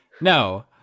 No